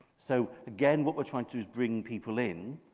so again, what we're trying to bring people in,